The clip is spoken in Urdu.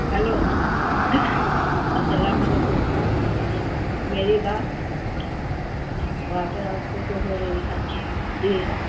ہیلو السلام علیکم میری بات واٹر آفس سے ہو رہی ہے جی